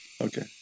Okay